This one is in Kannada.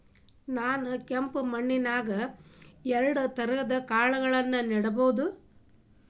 ನಾನ್ ಕೆಂಪ್ ಮಣ್ಣನ್ಯಾಗ್ ಎರಡ್ ತಳಿ ಕಾಳ್ಗಳನ್ನು ನೆಡಬೋದ?